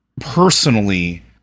personally